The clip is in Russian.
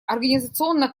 организационно